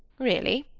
really?